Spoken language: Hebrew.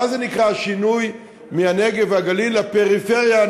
מה זה נקרא שינוי מ"הנגב והגליל" ל"פריפריה,